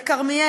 זה ברור מאליו.